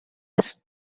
است